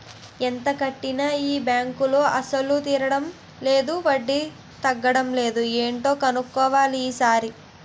ఎంత కట్టినా ఈ బాంకులో అసలు తీరడం లేదు వడ్డీ తగ్గడం లేదు ఏటో కన్నుక్కోవాలి ఈ సారి